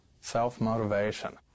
Self-motivation